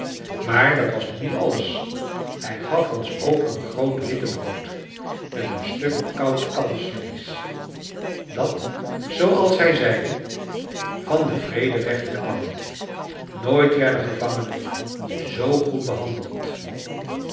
maar dat was nog niet alles hij gaf ons ook een groot wittebrood met een stuk koud kalfsvleesch dat zooals hij zeide van den vrederechter kwam nooit werden gevangenen zoo goed behandeld